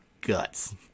guts